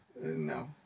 No